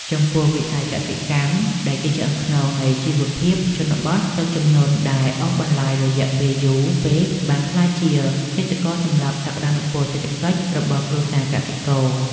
ចំពោះវិស័យកសិកម្មដែលជាឆ្អឹងខ្នងនៃជីវភាពជនបទ ទឹកជំនន់ដែលអូសបន្លាយរយៈពេលយូរពេកបានក្លាយជាឃាតករសម្លាប់សក្តានុពលសេដ្ឋកិច្ចរបស់គ្រួសារកសិករ។